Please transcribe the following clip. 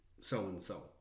so-and-so